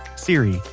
siri,